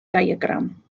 diagram